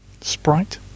sprite